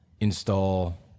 install